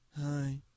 hi